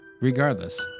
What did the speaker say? Regardless